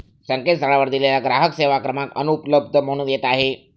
संकेतस्थळावर दिलेला ग्राहक सेवा क्रमांक अनुपलब्ध म्हणून येत आहे